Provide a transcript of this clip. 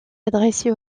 adressé